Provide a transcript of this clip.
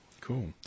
Cool